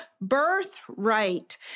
birthright